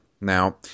Now